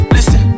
Listen